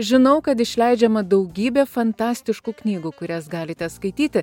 žinau kad išleidžiama daugybė fantastiškų knygų kurias galite skaityti